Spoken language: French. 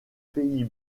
pays